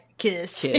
kiss